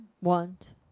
want